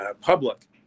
public